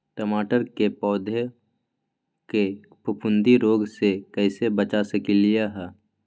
टमाटर के पौधा के फफूंदी रोग से कैसे बचा सकलियै ह?